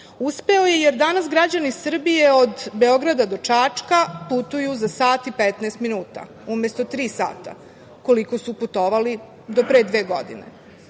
Uspeo je jer danas građani Srbije od Beograda do Čačka putuju sa sat i petnaest minuta, umesto tri sata, koliko su putovali do pre dve godine.